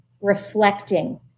reflecting